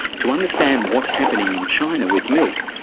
to understand what's happening in china with milk,